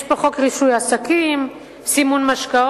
יש פה חוק רישוי עסקים, סימון משקאות,